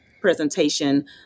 presentation